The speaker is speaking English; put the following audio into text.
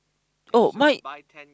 oh my